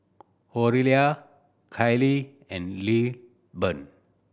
Oralia Kylie and Lilburn